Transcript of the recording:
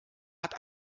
hat